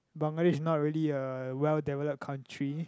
Bangladesh is not really a well developed country